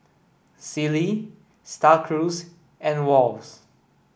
Sealy Star Cruise and Wall's